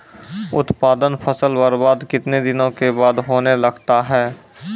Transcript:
उत्पादन फसल बबार्द कितने दिनों के बाद होने लगता हैं?